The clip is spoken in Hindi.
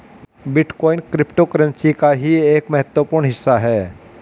बिटकॉइन क्रिप्टोकरेंसी का ही एक महत्वपूर्ण हिस्सा है